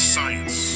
Science